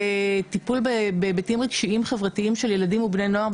לטיפול בהיבטים רגשיים חברתיים של ילדים ובני נוער,